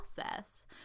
process